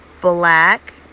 black